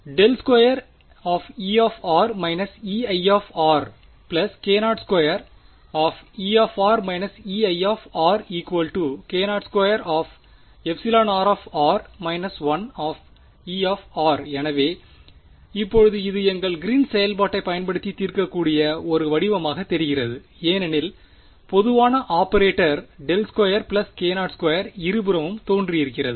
∇2 E−Ei k0 2E−Ei k0 2r 1E எனவே இப்போது இது எங்கள் கிரீன்ஸ் செயல்பாட்டைப் பயன்படுத்தி தீர்க்கக்கூடிய ஒரு வடிவமாகத் தெரிகிறது ஏனெனில் பொதுவான ஆபரேட்டர் ∇2 k0 2 இருபுறமும் தோன்றியிருக்கிறது